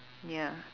ya